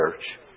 church